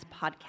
podcast